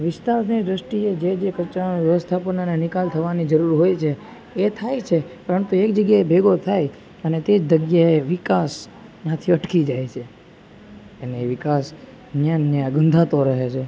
વિસ્તારની દ્રષ્ટિએ જે જે કચરાના વ્યવસ્થાપનના નિકાલ થવાની જરૂરૂ હોય છે એ થાય છે પરંતુ એક જગ્યાએ ભેગો થાય અને તેજ જગ્યાએ વિકાસ ત્યાંથી અટકી જાય છે અને એ વિકાસ ત્યાંને ત્યાં ગંધાતો રહે છે